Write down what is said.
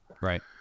Right